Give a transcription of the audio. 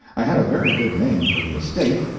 i had a very good name for the estate,